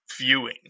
viewing